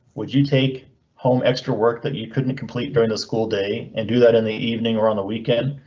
would you take home extra work that you couldn't complete during the school day and do that in the evening or on the weekend?